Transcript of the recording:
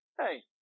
Hey